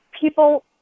people